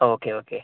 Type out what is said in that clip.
okay okay